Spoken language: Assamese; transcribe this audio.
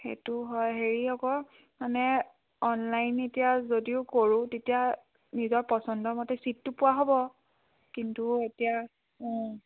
সেইটো হয় হেৰি আকৌ মানে অনলাইন এতিয়া যদিও কৰোঁ তেতিয়া নিজৰ পচন্দৰ মতে ছিটটো পোৱা হ'ব কিন্তু এতিয়া অঁ